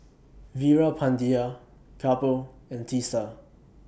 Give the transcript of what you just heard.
Veerapandiya Kapil and Teesta